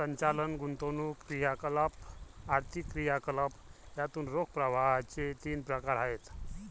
संचालन, गुंतवणूक क्रियाकलाप, आर्थिक क्रियाकलाप यातून रोख प्रवाहाचे तीन प्रकार आहेत